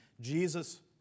Jesus